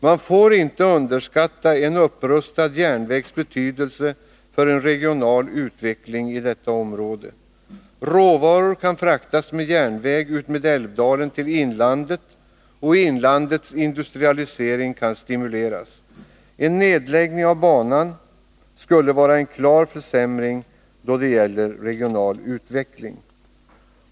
Man får inte underskatta en upprustad järnvägs betydelse för en regional utveckling i detta område. Råvaror kan fraktas med järnväg utmed Älvdalen till inlandet, och inlandets industrialisering kan stimuleras. En nedläggning av banan skulle vara en klar försämring då det gäller regional utveckling.